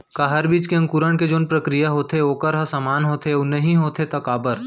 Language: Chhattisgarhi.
का हर बीज के अंकुरण के जोन प्रक्रिया होथे वोकर ह समान होथे, अऊ नहीं होथे ता काबर?